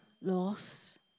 loss